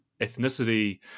ethnicity